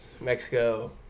mexico